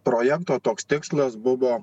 projekto toks tikslas buvo